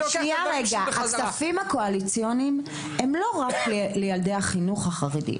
הכספים הקואליציוניים הם לא רק לילדי החינוך החרדי.